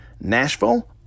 Nashville